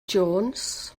jones